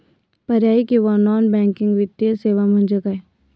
पर्यायी किंवा non banking वित्तीय सेवा म्हणजे काय?